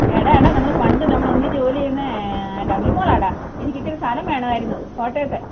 എടാ എടാ നമ്മൾ പണ്ട് നമ്മൾ ഒന്നിച്ച് ജോലി ചെയ്യുന്നത് ലൗലു മോളാടാ എനിക്ക് ഇച്ചിരി സ്ഥലം വേണമായിരുന്നു കോട്ടയത്ത്